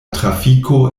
trafiko